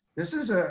this is ah